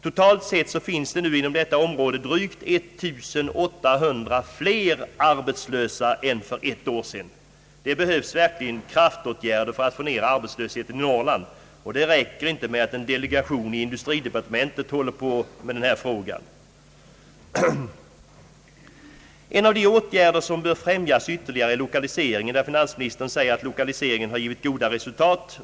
Totalt finns det nu inom detta område drygt 1 800 fler arbetslösa än för ett år sedan. Det behövs verkligen kraftåtgärder för att få ner arbetslösheten i Norrland. Det räcker inte med att en delegation i industridepartementet håller på med denna fråga. En av de åtgärder som bör främjas ytterligare är lokaliseringen, som finansministern säger har givit goda resultat.